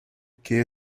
que